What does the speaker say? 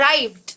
arrived